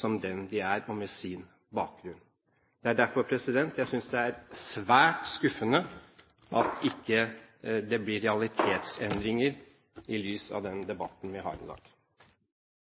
som dem de er, og med sin bakgrunn. Derfor synes jeg det er svært skuffende at det ikke blir realitetsendringer i lys av den debatten vi har i dag.